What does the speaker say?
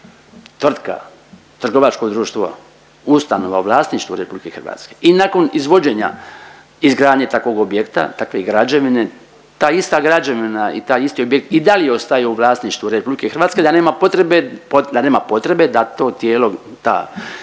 trgovačko društvo, ustanova u vlasništvu RH i nakon izvođenja izgradnje takvog objekta takve građevine ta ista građevina i taj isti objekt i dalje ostaje u vlasništvu RH, da nema potrebe, da nema potrebe da to tijelo, ta